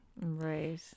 right